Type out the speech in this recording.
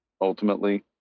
ultimately